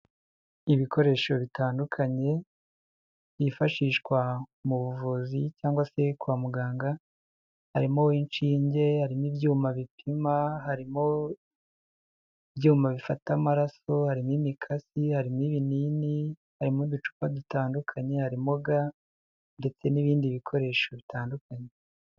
Ibikoresho bitandukanye byifashishwa mu buvuzi cyangwa se kwa muganga, harimo inshinge, harimo ibyuma bipima, harimo ibyuma bifata amaraso, harimo imikasi, harimo ibinini, harimo uducupa dutandukanye, harimo ga ndetse n'ibindi bikoresho bitandukanye.